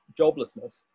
joblessness